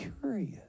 curious